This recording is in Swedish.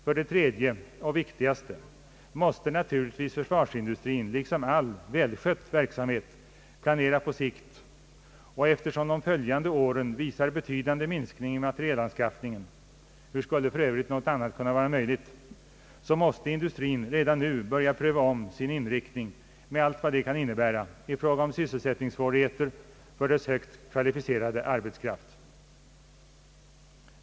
För det tredje och viktigaste måste naturligtvis försvarsindustrin liksom all välskött verksamhet planera på sikt, och eftersom de följande åren visar betydande minskning i materielanskaffningen — hur skulle för övrigt annat vara möjligt — så måste industrin redan nu börja pröva om sin inriktning med allt vad det kan innebära i fråga om sysselsättningssvårigheter för dess högt kvalificerade arbetskraft.